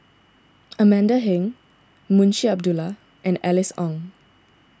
Amanda Heng Munshi Abdullah and Alice Ong